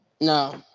No